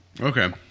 Okay